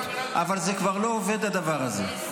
אבל זה כבר לא עובד הדבר הזה.